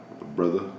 brother